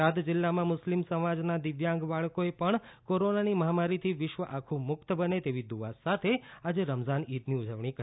બોટાદ જીલ્લામાં મુસ્લિમ સમાજના દિવ્યાંગ બાળકોએ પણ કોરોનાની મહામારીમાંથી વિશ્વ આખું મુક્ત બને તેવી દુઆ સાથે આજે રમજાન ઈદની ઉજવણી કરી